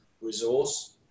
resource